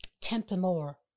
Templemore